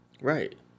right